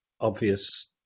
obvious